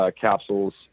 Capsules